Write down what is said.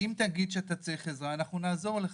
שיגיד: אם תגיד שאתה צריך עזרה, נעזור לך.